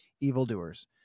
evildoers